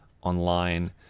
online